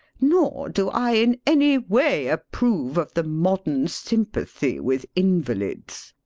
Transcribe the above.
nor do i in any way approve of the modern sympathy with invalids.